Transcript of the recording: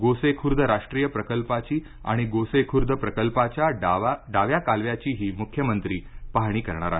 गोसेखूर्द राष्ट्रीय प्रकल्पाची आणि गोसेखूर्द प्रकल्पाच्या डाव्या कालव्याचीही मुख्यमंत्री पाहणी करणार आहेत